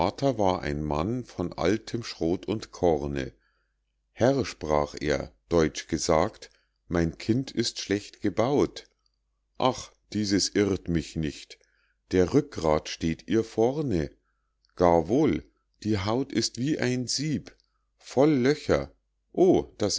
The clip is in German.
war ein mann von altem schrot und korne herr sprach er deutsch gesagt mein kind ist schlecht gebaut ach dieses irrt mich nicht der rückgrath steht ihr vorne gar wohl die haut ist wie ein sieb voll löcher o das